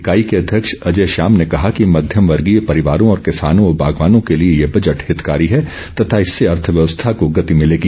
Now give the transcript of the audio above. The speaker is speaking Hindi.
इकाई के अध्यक्ष अजय श्याम ने कहा कि मध्यम वर्गीय परिवारों और किसानों व बागवानों के लिए ये बजट हितकारी है तथा इससे अर्थव्यवस्था को गति मिलेगी